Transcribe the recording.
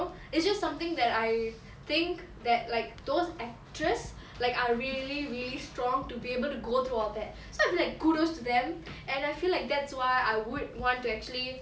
it's just something that I think that like those actress like are really really strong to be able to go through all that so I'm like kudos to them and I feel like that's why I would want to actually